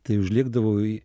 tai užlėkdavau į